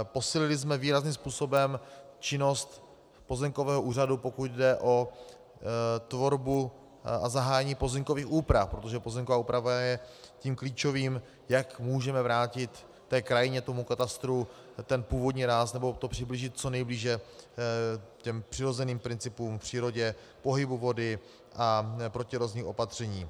Posílili jsme výrazným způsobem činnost pozemkového úřadu, pokud jde o tvorbu a zahájení pozemkových úprav, protože pozemková úprava je tím klíčovým, jak můžeme vrátit té krajině, tomu katastru ten původní ráz nebo to přiblížit co nejblíže těm přirozeným principům v přírodě, pohybu vody, a protierozní opatření.